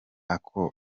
ako